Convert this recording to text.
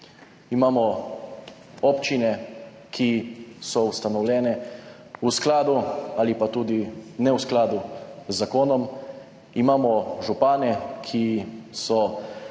Imamo občine, ki so ustanovljene v skladu ali pa tudi ne v skladu z zakonom, imamo župane, ki so poleg